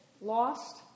lost